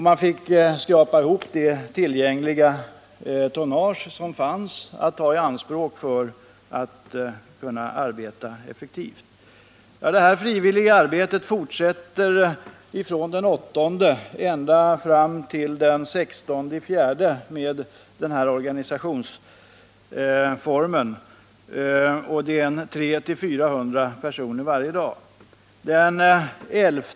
Man fick skrapa ihop det tonnage som fanns tillgängligt för att kunna arbeta effektivt. Detta frivilliga arbete fortsätter från den 8 april ända fram till den 16 april med den här organisationsformen, och det är 300-400 personer i verksamhet varje dag.